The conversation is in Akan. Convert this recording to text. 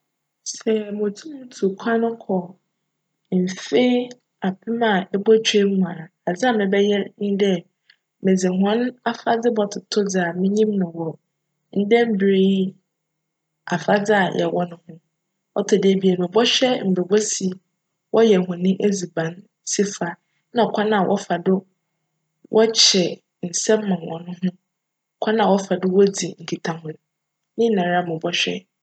Sj mutum tu kwan kc mfe apem a ebotwa mu a, adze a mebjyj nye dj, medze hcn afadze bctoto dza minyim no wc ndj mber yi afadze a yj wc no ho. Ctc do ebien, mobchwj mbrj wosi wcyj hcn edziban si fa na kwan a wcfa do kyj nsa ma hcn ho na kwan a wcfa do dzi nkitsaho, ne nyinara mobchwj.